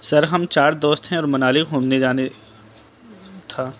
سر ہم چار دوست ہیں اور منالی گھومنے جانے تھا